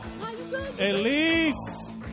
Elise